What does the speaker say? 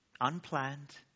unplanned